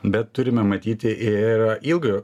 bet turime matyti ir ilgojo